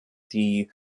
die